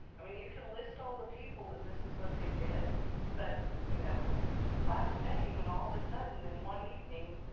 i mean you can list all the people that this is what they did but you know last may, when all of a sudden in one evening,